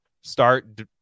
start